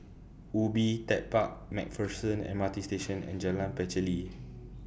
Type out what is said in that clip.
Ubi Tech Park MacPherson M R T Station and Jalan Pacheli